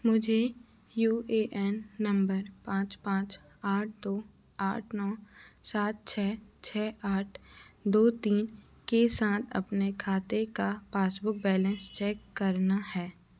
मुझे U A N नम्बर पाँच पाँच आठ दो आठ नौ सात छः छः आठ दो तीन के साथ अपने खाते का पासबुक बैलेंस चेक करना है